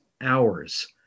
hours